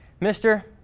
mister